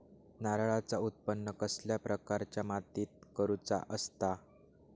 नारळाचा उत्त्पन कसल्या प्रकारच्या मातीत करूचा असता?